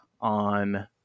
on